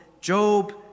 Job